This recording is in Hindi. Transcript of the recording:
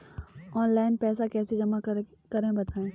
ऑनलाइन पैसा कैसे जमा करें बताएँ?